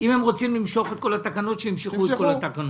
אם הם רוצים למשוך את כל התקנות שימשכו את כל התקנות.